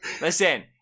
Listen